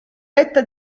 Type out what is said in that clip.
vetta